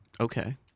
Okay